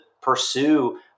pursue